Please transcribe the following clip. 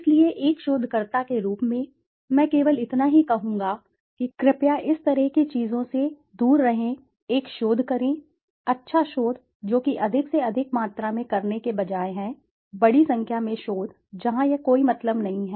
इसलिए एक शोधकर्ता के रूप में मैं केवल इतना ही कहूंगा कि कृपया इस तरह की चीजों से दूर रहें एक शोध करें अच्छा शोध जो कि अधिक से अधिक मात्रा में करने के बजाय है बड़ी संख्या में शोध जहां यह कोई मतलब नहीं है